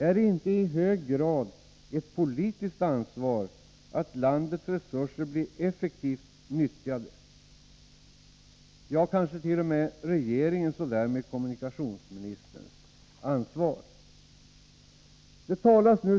Är det inte i hög grad ett politiskt ansvar att landets resurser blir effektivt nyttjade, ja kanske t.o.m. regeringens och därmed kommunikationsministerns?